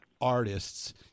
artists